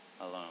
alone